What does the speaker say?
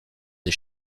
des